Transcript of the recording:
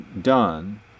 done